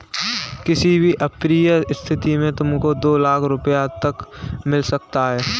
किसी भी अप्रिय स्थिति में तुमको दो लाख़ रूपया तक मिल सकता है